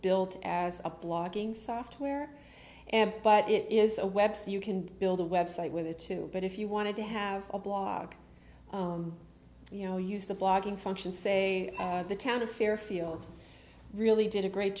built as a blogging software and but it is a website you can build a website with it too but if you wanted to have a blog you know use the blogging function say the town of fairfield really did a great